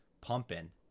pumping